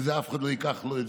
ואת זה אף אחד לא ייקח לו,